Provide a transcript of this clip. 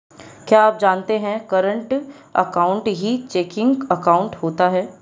क्या आप जानते है करंट अकाउंट ही चेकिंग अकाउंट होता है